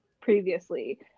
previously